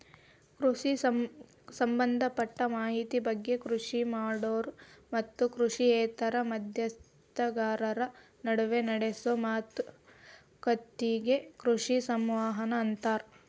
ಕೃಷಿ ಸಂಭದಪಟ್ಟ ಮಾಹಿತಿ ಬಗ್ಗೆ ಕೃಷಿ ಮಾಡೋರು ಮತ್ತು ಕೃಷಿಯೇತರ ಮಧ್ಯಸ್ಥಗಾರರ ನಡುವ ನಡೆಸೋ ಮಾತುಕತಿಗೆ ಕೃಷಿ ಸಂವಹನ ಅಂತಾರ